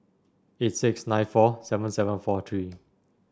eight six nine four seven seven four three